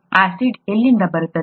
acid ಎಲ್ಲಿಂದ ಬರುತ್ತದೆ